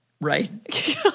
Right